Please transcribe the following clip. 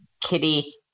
Kitty